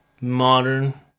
modern